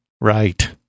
Right